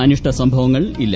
അനിഷ്ടസംഭവങ്ങൾ ഇല്ല